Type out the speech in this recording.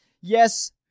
yes